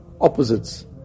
opposites